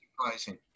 surprising